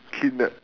kidnap